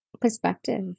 perspective